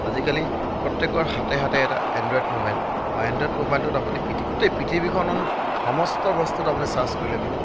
আজিকালি প্ৰত্যেকৰ হাতে হাতে এটা এণ্ড্ৰইড মোবাইল আৰু এণ্ড্ৰইড মোবাইলটোত আপুনি পিঠি গোটেই পৃথিৱীখনো সমস্ত বস্তুটো আপুনি চাৰ্ছ কৰিলে পায়